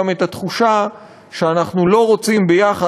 גם את התחושה שאנחנו לא רוצים ביחד,